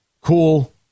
Cool